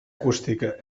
acústica